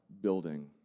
building